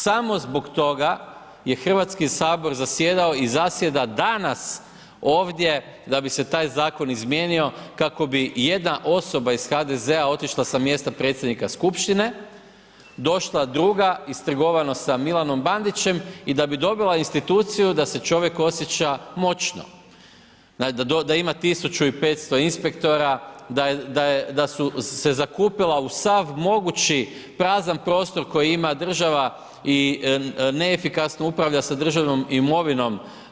Samo zbog toga je Hrvatski sabor zasjedao i zasjeda danas ovdje da bi se taj zakon izmijenio kako bi jedna osoba iz HDZ-a otišla sa mjesta predsjednika skupštine, došla druga, istrugavano sa Milanom Bandićem i da bi dobila instituciju da se čovjek osjeća moćno, da ima 1500 inspektora, da su se zakupila u sav mogući prazan prostor koji ima država i neefikasno upravlja sa državnom imovinom.